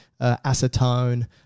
acetone